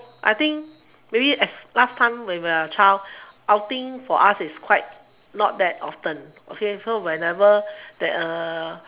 I think maybe last time when we are child outing for us is quite not that often okay so whenever that uh